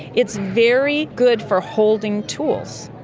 it's very good for holding tools.